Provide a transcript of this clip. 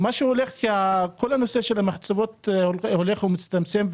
כל הנושא של המחצבות הולך ומצטמצם,